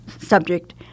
subject